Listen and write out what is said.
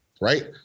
right